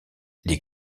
les